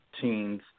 teens